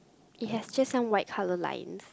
it has just some white colour line